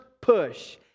push